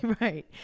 Right